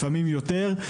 לפעמים יותר,